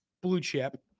blue-chip